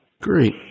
Great